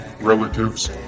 relatives